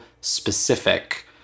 specific